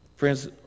Friends